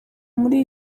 muri